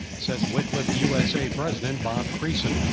says wycliffe usa president bob creson.